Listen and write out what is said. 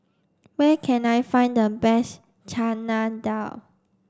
where can I find the best Chana Dal